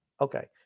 okay